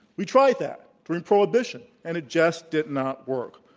we tried that during prohibition and it just did not work.